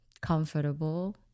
comfortable